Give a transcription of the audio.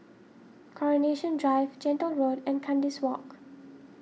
Coronation Drive Gentle Road and Kandis Walk